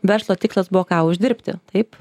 verslo tikslas buvo ką uždirbti taip